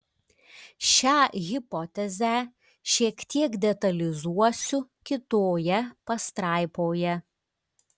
šią hipotezę šiek tiek detalizuosiu kitoje pastraipoje